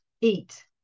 eat